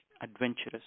adventurous